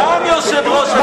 סגן יושב-ראש הכנסת.